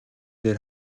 дээр